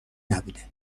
نبوده